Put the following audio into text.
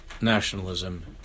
nationalism